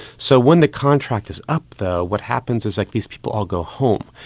so when the contract is up, though, what happens is like these people all go home,